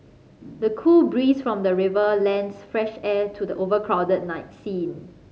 the cool breeze from the river lends fresh air to the overcrowded night scene